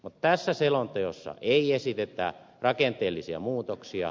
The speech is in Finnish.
tässä selonteossa ei esitetä rakenteellisia muutoksia